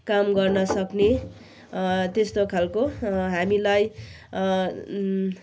काम गर्न सक्ने अँ त्यस्तो खाल्को हामीलाई अँ